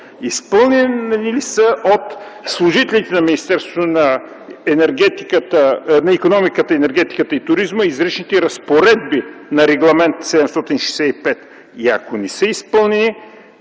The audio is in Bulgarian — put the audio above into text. Изпълнени ли са от служителите на Министерството на икономиката, енергетиката и туризма изричните разпоредби на Регламент 765 и ако не са изпълнени,